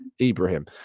Ibrahim